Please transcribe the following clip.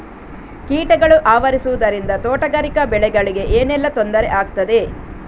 ಕೀಟಗಳು ಆವರಿಸುದರಿಂದ ತೋಟಗಾರಿಕಾ ಬೆಳೆಗಳಿಗೆ ಏನೆಲ್ಲಾ ತೊಂದರೆ ಆಗ್ತದೆ?